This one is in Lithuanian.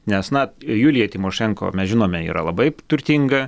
nes na julija tymošenko mes žinome yra labai turtinga